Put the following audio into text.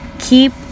keep